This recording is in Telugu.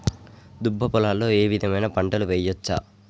దుబ్బ పొలాల్లో ఏ విధమైన పంటలు వేయచ్చా?